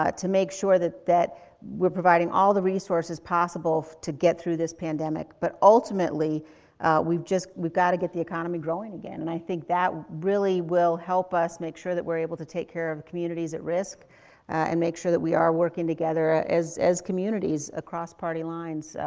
to make sure that that we're providing all the resources possible to get through this pandemic. but ultimately we've just, we've got to get the economy growing again. and i think that really will help us make sure that we're able to take care of the communities at risk and make sure that we are working together as, as communities across party lines,